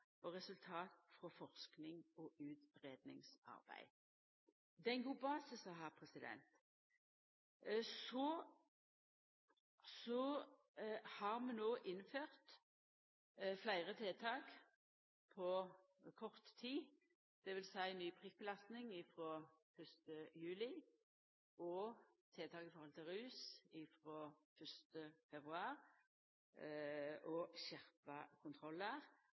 og resultat frå forskings- og utgreiingsarbeid. Det er ein god basis å ha. Vi har no innført fleire tiltak på kort tid, dvs. ny prikkbelasting frå 1. juli, tiltak når det gjeld rus, frå 1. februar og skjerpa kontrollar.